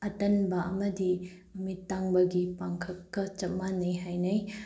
ꯑꯇꯟꯕ ꯑꯃꯗꯤ ꯃꯤꯠ ꯇꯥꯡꯕꯒꯤ ꯄꯥꯡꯈꯛꯀ ꯆꯞ ꯃꯥꯟꯅꯩ ꯍꯥꯏꯅꯩ